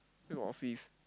still got office